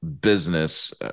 business